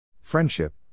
Friendship